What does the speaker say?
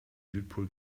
südpol